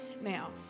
Now